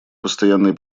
постоянный